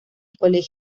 colegio